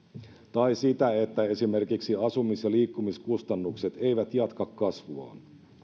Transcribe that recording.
tai sitä että esimerkiksi asumis ja liikkumiskustannukset eivät jatka kasvuaan